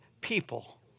people